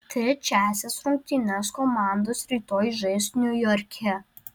trečiąsias rungtynes komandos rytoj žais niujorke